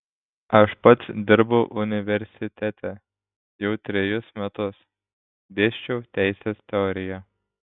aš pats dirbau universitete jau trejus metus dėsčiau teisės teoriją